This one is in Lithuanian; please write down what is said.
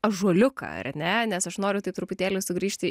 ąžuoliuką ar ne nes aš noriu taip truputėlį sugrįžti